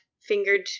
fingered